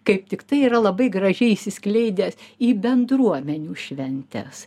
kaip tiktai yra labai gražiai išsiskleidęs į bendruomenių šventes